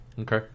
Okay